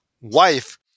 wife